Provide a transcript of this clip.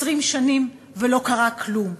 20 שנים ולא קרה כלום,